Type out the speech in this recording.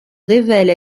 révèle